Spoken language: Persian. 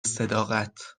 صداقت